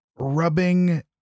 rubbing